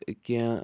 کیٚنہہ